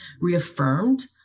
reaffirmed